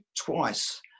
twice